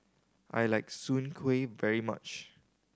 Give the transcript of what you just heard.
I like Soon Kuih very much